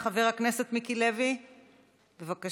חבר הכנסת מיקי לוי, בבקשה.